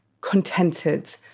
contented